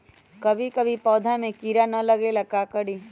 कभी भी पौधा में कीरा न लगे ये ला का करी?